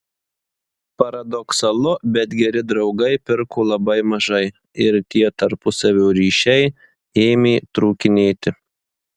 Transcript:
paradoksalu bet geri draugai pirko labai mažai ir tie tarpusavio ryšiai ėmė trūkinėti